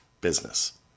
business